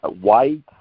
white